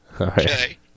Okay